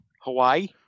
Hawaii